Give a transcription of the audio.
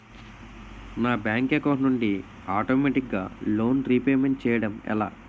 నా bank account నుండి ఆటోమేటిగ్గా లోన్ రీపేమెంట్ చేయడం ఎలా?